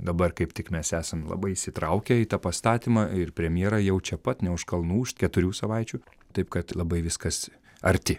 dabar kaip tik mes esam labai įsitraukę į tą pastatymą ir premjera jau čia pat ne už kalnų už keturių savaičių taip kad labai viskas arti